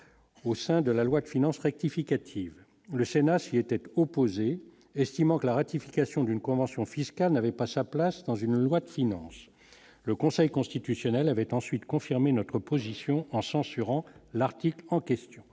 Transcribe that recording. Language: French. au sein de la loi de finances rectificative, le Sénat s'y était opposé, estimant que la ratification d'une convention fiscale n'avait pas sa place dans une loi de finances, le Conseil constitutionnel avait ensuite confirmé notre position en change sur en l'article en question,